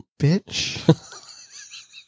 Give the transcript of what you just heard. bitch